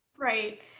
Right